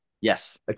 Yes